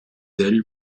d’elle